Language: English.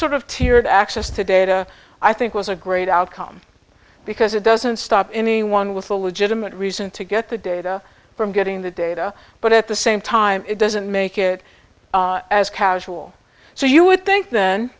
sort of tiered access to data i think was a great outcome because it doesn't stop anyone with a legitimate reason to get the data from getting the data but at the same time it doesn't make it as casual so you would think then